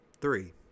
three